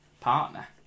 partner